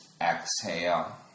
Exhale